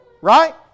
Right